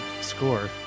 score